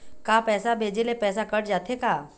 का पैसा भेजे ले पैसा कट जाथे का?